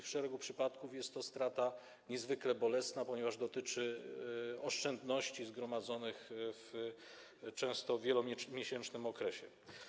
W szeregu przypadków jest to strata niezwykle bolesna, ponieważ dotyczy oszczędności zgromadzonych często w wielomiesięcznym okresie.